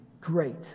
Great